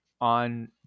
on